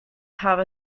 have